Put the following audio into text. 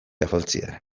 afaltzea